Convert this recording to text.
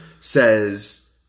says